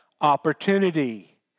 opportunity